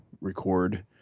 record